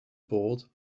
board